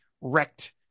wrecked